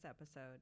episode